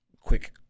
quick